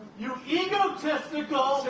you egotistical